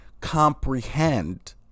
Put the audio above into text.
comprehend